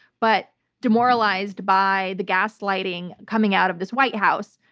but demoralized by the gaslighting coming out of this white house,